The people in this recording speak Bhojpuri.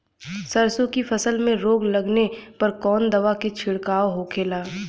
सरसों की फसल में रोग लगने पर कौन दवा के छिड़काव होखेला?